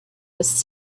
was